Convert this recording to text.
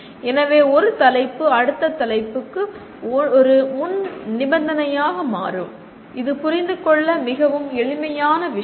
எனவே ஒரு தலைப்பு அடுத்த தலைப்புக்கு ஒரு முன்நிபந்தனையாக மாறும் இது புரிந்து கொள்ள மிகவும் எளிமையான விஷயம்